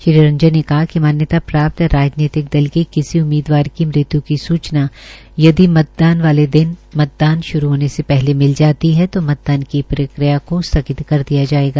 श्री रंजन ने कहा कि मान्यता प्राप्त राजनीतिक दल के किसी उम्मीदवार की मृत्य् की सूचना यदि मतदान वाले दिन मतदान श्रू होने से पहले मिल जाती है तो मतदान की प्रक्रिया को स्थगित कर दिया जाएगा